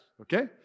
okay